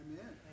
Amen